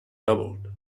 doubled